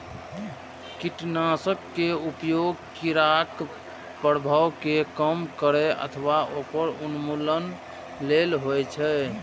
कीटनाशक के उपयोग कीड़ाक प्रभाव कें कम करै अथवा ओकर उन्मूलन लेल होइ छै